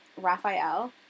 Raphael